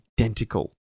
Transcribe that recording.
identical